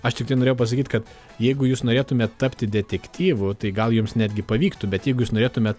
aš tiktai norėjau pasakyt kad jeigu jūs norėtumėt tapti detektyvu tai gal jums netgi pavyktų bet jeigu jūs norėtumėt